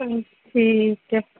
ठीक ऐ